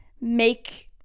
make